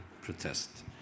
protest